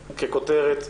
ככותרת,